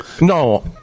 No